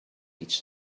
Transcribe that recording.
each